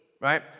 right